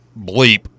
bleep